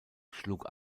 schlug